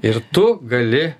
ir tu gali